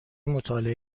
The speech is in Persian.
مطالعه